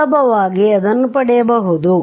ಆದ್ದರಿಂದ ಸುಲಭವಾಗಿ ಅದನ್ನು ಪಡೆಯಬಹುದು